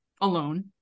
alone